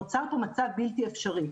נוצר פה מצב בלתי אפשרי.